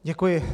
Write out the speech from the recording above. Děkuji.